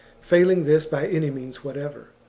failing this, by any means whatever.